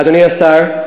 אדוני השר,